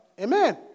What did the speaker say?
Amen